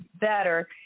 better